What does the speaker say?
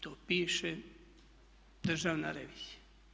To piše Državna revizija.